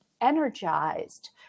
energized